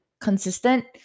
consistent